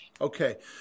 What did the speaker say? Okay